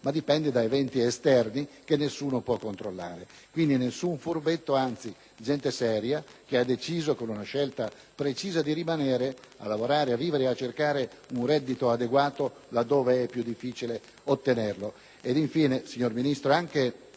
ma da eventi esterni che nessuno può controllare. Quindi non si sta parlando di nessun furbetto, ma di gente seria, che ha deciso con una scelta precisa di rimanere a lavorare, a vivere e a cercare un reddito adeguato laddove è più difficile ottenerlo.